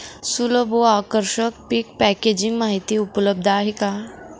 सुलभ व आकर्षक पीक पॅकेजिंग माहिती उपलब्ध आहे का?